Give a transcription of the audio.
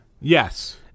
Yes